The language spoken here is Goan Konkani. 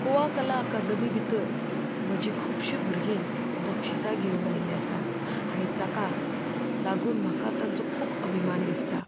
गोवा कला अकादेमी भितर म्हजीं खुबशीं भुरगीं बक्षिसां घेवन आयिल्लीं आसात आनी ताका लागून म्हाका तांचो खूब अभिमान दिसता